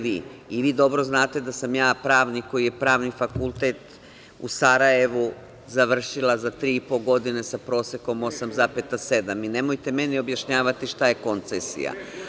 Vi, dobro znate da sam ja pravnik koji je pravni fakultet u Sarajevu završila za 3,5 godine sa prosekom 8,7 i nemojte meni objašnjavati šta je koncesija.